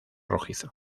rojizo